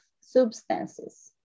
substances